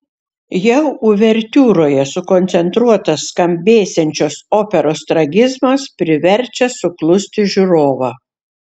jau uvertiūroje sukoncentruotas skambėsiančios operos tragizmas priverčia suklusti žiūrovą